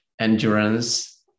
endurance